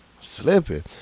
slipping